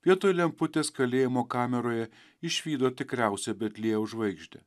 vietoj lemputės kalėjimo kameroje išvydo tikriausią betliejaus žvaigždę